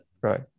right